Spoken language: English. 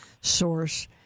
source